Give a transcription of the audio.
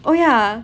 oh ya